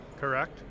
Correct